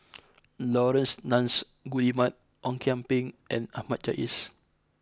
Laurence Nunns Guillemard Ong Kian Peng and Ahmad Jais